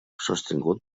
sostingut